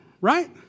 right